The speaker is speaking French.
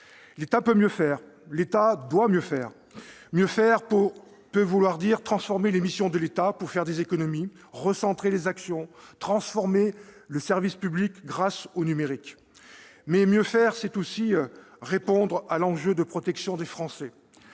L'État peut mieux faire, l'État doit mieux faire ! Mieux faire peut vouloir dire transformer les missions de l'État pour faire des économies, recentrer les actions, transformer le service public grâce au numérique. Mieux faire, c'est aussi répondre à l'enjeu de protection des Français.